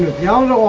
young